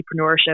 entrepreneurship